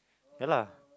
ya lah